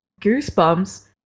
goosebumps